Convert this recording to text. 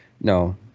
no